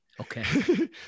Okay